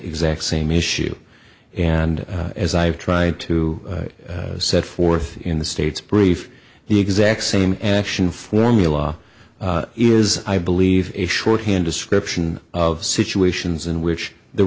exact same issue and as i've tried to set forth in the state's brief the exact same action formula is i believe a shorthand description of situations in which the